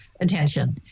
attention